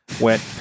went